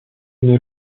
une